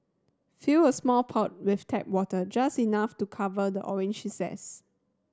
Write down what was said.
fill a small pot with tap water just enough to cover the orange zest